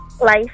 Life